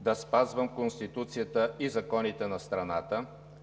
да спазвам Конституцията и законите на страната